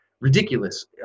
ridiculous